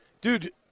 dude